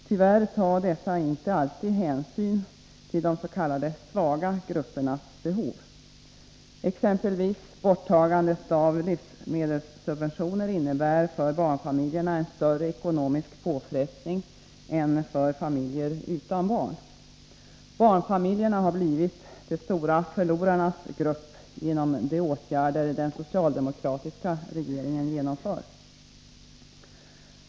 Tyvärr tar dessa inte alltid hänsyn till de s.k. svaga gruppernas behov. Exempelvis borttagandet av livsmedelssubventioner innebär för barnfamiljerna en större ekonomisk påfrestning än för familjer utan barn. Barnfamiljerna har blivit de stora förlorarnas grupp genom de åtgärder den socialdemokratiska regeringen genomför.